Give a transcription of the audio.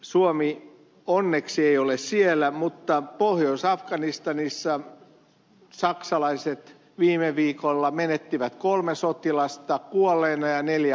suomi onneksi ei ole siellä mutta pohjois afganistanissa saksalaiset viime viikolla menettivät kolme sotilasta kuolleina ja neljä haavoittuneina